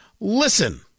Listen